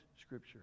scripture